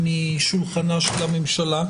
משולחנה של הממשלה,